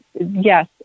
yes